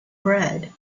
bread